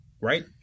right